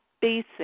basic